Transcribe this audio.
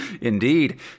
Indeed